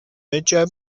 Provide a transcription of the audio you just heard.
mycie